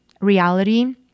reality